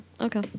Okay